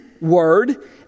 word